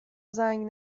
زنگ